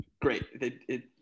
great